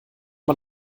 man